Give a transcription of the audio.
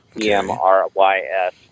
E-M-R-Y-S